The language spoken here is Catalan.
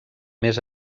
més